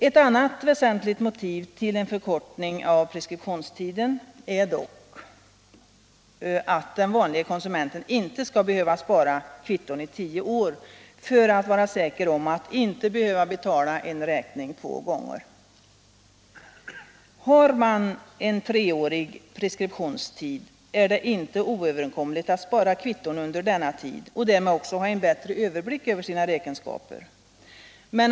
Ett annat väsentligt motiv till en förkortning av preskriptionstiden är dock att den vanliga konsumenten inte skall behöva spara kvitton i tio år för att vara säker på att inte behöva betala en eventuell dubbelfordran. Har man en treårig preskriptionstid, är det inte oöverkomligt att spara kvitton under preskriptionstiden, varigenom man också får en bättre överblick över sina räkenskaper.